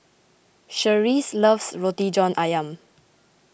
Cherise loves Roti John Ayam